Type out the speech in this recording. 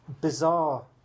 bizarre